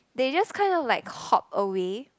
they just kind of like hop away